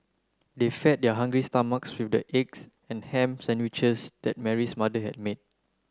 they fed their hungry stomachs with the eggs and ham sandwiches that Mary's mother had made